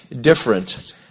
different